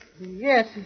Yes